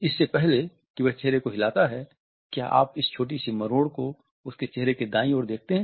इससे पहले कि वह चेहरे को हिलाता है क्या आप इस छोटी सी मरोड़ को उसके चेहरे के दाईं ओर देखते हैं